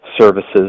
services